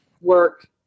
work